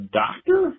doctor